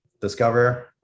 discover